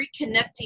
reconnecting